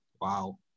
Wow